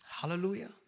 Hallelujah